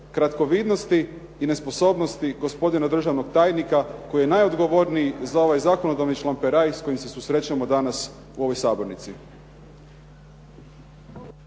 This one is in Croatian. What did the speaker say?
kratkovidnosti i nesposobnosti gospodina državnog tajnika koji je najodgovorniji za ovaj zakonodavni šlamperaj s kojim se susrećemo danas u ovoj sabornici.